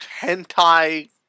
hentai